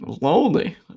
lonely